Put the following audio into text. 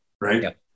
Right